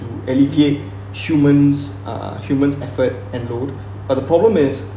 alleviate humans uh human's effort and load a problem is